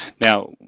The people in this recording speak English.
Now